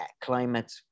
climate